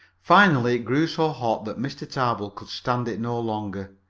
finally it grew so hot that mr. tarbill could stand it no longer.